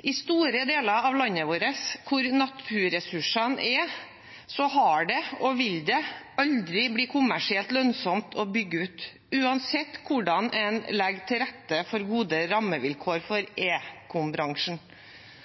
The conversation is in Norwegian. I store deler av landet vårt hvor naturressursene er, har det aldri vært og vil aldri bli kommersielt lønnsomt å bygge ut, uansett hvordan en legger til rette med gode rammevilkår for ekombransjen.